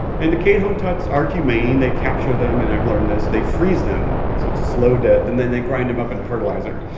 and the cane toad hunts are humane. they capture them, and i've learned this they freeze them, so it's a slow death. and then they grind them up into fertilizer,